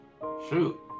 Shoot